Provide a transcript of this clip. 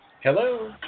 Hello